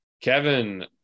Kevin